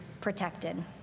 protected